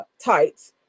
tights